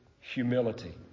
humility